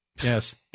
Yes